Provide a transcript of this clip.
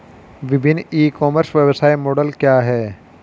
विभिन्न e commerce व्यवसाय model क्या हैं?